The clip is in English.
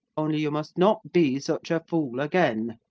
only you must not be such a fool again.